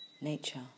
nature